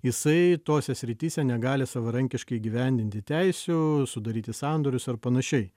jisai tose srityse negali savarankiškai įgyvendinti teisių sudaryti sandorius ar panašiai